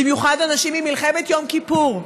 במיוחד אנשים ממלחמת יום כיפור,